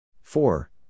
four